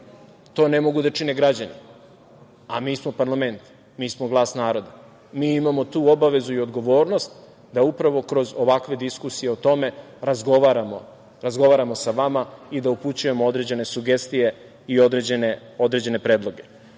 „To ne mogu da čine građani“, a mi smo parlament, mi smo glas naroda, mi imamo tu obavezu i odgovornost da upravo kroz ovakve diskusije o tome razgovaramo sa vama i da upućujemo određene sugestije i određene predloge. Kolega